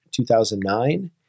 2009